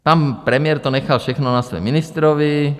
Pan premiér to nechal všechno na svém ministrovi.